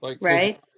Right